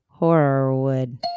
Horrorwood